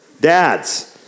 Dads